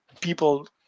people